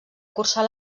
cursar